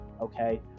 okay